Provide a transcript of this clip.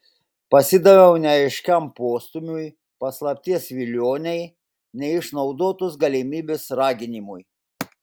pasidaviau neaiškiam postūmiui paslapties vilionei neišnaudotos galimybės raginimui